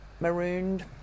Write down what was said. marooned